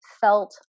felt